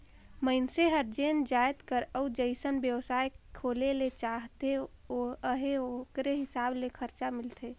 मइनसे हर जेन जाएत कर अउ जइसन बेवसाय खोले ले चाहत अहे ओकरे हिसाब ले खरचा मिलथे